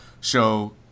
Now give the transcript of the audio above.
show